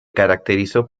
caracterizó